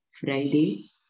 Friday